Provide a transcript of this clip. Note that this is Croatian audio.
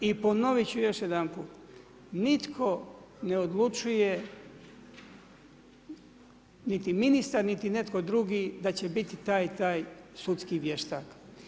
I ponovit ću još jedanput, nitko ne odlučuje niti ministar niti netko drugi da će biti taj i taj sudski vještak.